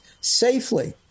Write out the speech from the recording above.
safely